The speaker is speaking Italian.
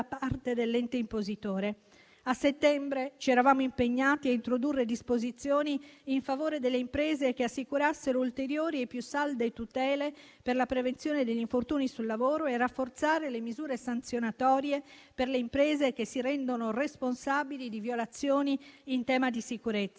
parte dell'ente impositore. A settembre ci eravamo impegnati a introdurre disposizioni in favore delle imprese che assicurassero ulteriori e più salde tutele per la prevenzione degli infortuni sul lavoro e a rafforzare le misure sanzionatorie per le imprese che si rendessero responsabili di violazioni in tema di sicurezza.